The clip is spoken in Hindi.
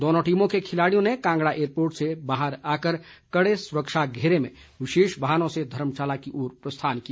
दोनों टीमों के खिलाड़ियों ने कांगड़ा एयरपोर्ट से बाहर आकर कड़े सुरक्षा घेरे में विशेष वाहनों से धर्मशाला की ओर प्रस्थान किया